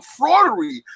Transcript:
fraudery